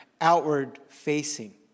outward-facing